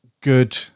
good